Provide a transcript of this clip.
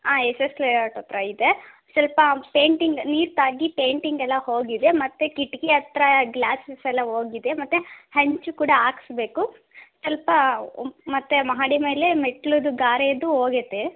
ಹಾಂ S S layout ಹತ್ರ ಇದೆ ಸ್ವಲ್ಪ ಪೇಂಟಿಂಗ್ ನೀರು ತಾಗಿ ಪೇಂಟಿಂಗ್ ಎಲ್ಲ ಹೋಗಿದೆ ಮತ್ತೆ ಕಿಟಕಿ ಹತ್ರ ಗ್ಲಾಸಸ್ ಎಲ್ಲ ಹೋಗಿದೆ ಮತ್ತೆ ಹಂಚು ಕೂಡ ಹಾಕ್ಸ್ಬೇಕು ಸ್ವಲ್ಪ ಮತ್ತೆ ಮಹಡಿ ಮೇಲೆ ಮೆಟ್ಲುದ್ದು ಗಾರೆನು ಹೋಗೈತೆ